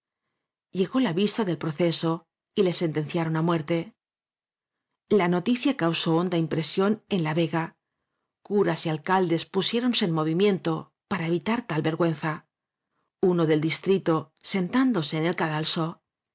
llegó la vista del proceso y le sentencia ron á muerte la noticia causó honda impresión en la vega curas y alcaldes pusiéronse en movi miento para evitar tal vergüenza juno del distrito sentándose en el cadalso